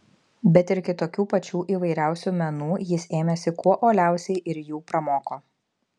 bet ir kitokių pačių įvairiausių menų jis ėmėsi kuo uoliausiai ir jų pramoko